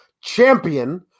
champion